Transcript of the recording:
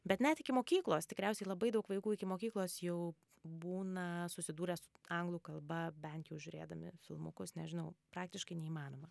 bet net iki mokyklos tikriausiai labai daug vaikų iki mokyklos jau būna susidūrę su anglų kalba bent jau žiūrėdami filmukus nežinau praktiškai neįmanoma